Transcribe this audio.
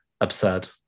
absurd